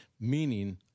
meaning